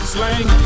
Slang